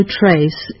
trace